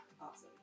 Awesome